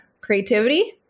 creativity